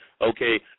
okay